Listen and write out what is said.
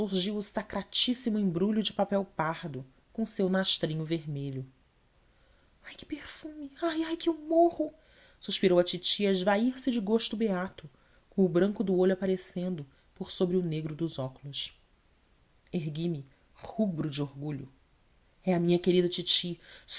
o sacratíssimo embrulho de papel pardo com o seu nastrinho vermelho ai que perfume ai ai que eu morro suspirou a titi a esvair se de gosto beato com o branco do olho aparecendo por sobre o negro dos óculos ergui-me rubro de orgulho é à minha querida titi